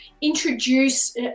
introduce